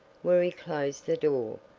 where he closed the door.